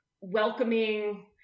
welcoming